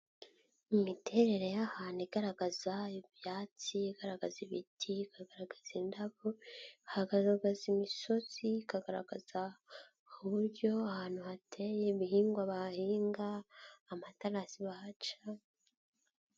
Imiterere y'ahantu igaragaza ibyatsi, igaragaza ibiti, ikagaragaza indabo, hagaragaza imisozi, ikagaragaza uburyo ahantu hateye ibihingwa bahinga, amatarasi bahaca.